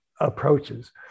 approaches